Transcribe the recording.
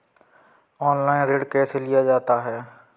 Online ऋण कैसे लिया जाता है?